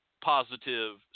positive